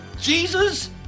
Jesus